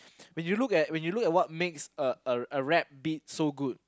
when you look at when you look at what makes a rap beat so good